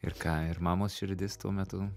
ir ką ir mamos širdis tuo metu